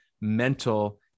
mental